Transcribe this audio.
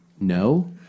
No